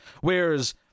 Whereas